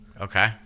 Okay